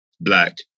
black